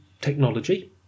technology